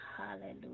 hallelujah